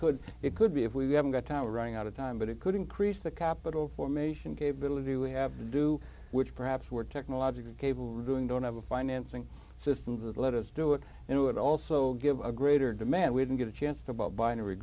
could it could be if we haven't got our running out of time but it could increase the capital formation capability we have to do which perhaps we're technologically cable doing don't have a financing system that let us do it and it would also give a greater demand we didn't get a chance to about b